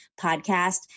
podcast